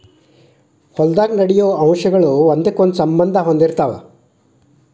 ಹೊಲದಾಗ ನಡೆಯು ಅಂಶಗಳ ಒಂದಕ್ಕೊಂದ ಸಂಬಂದಾ ಹೊಂದಿರತಾವ